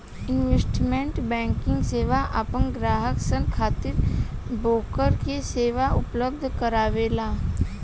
investment banking सेवा आपन ग्राहक सन खातिर ब्रोकर के सेवा उपलब्ध करावेला